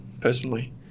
personally